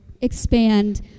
expand